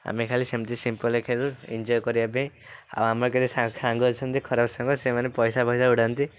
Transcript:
ଆମେ ଖାଲି ସେମିତି ସିମ୍ପଲ୍ରେ ଖେଳୁ ଏନ୍ଜୟ କରିବା ପାଇଁ ଆଉ ଆମର କେତେ ସାଙ୍ଗ ଅଛନ୍ତି ଖରାପ ସାଙ୍ଗ ସେମାନେ ପଇସା ଫଇସା ଉଡ଼ାନ୍ତି